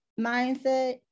mindset